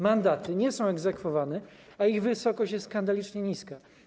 Mandaty nie są egzekwowane, a ich wysokość jest skandalicznie niska.